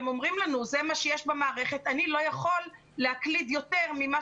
הם אומרים לנו שזה מה שיש במערכת והם לא יכולים להקליד יותר ממה